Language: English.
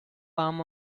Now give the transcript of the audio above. palm